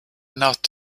not